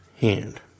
hand